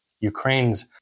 Ukraine's